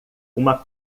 uma